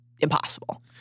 impossible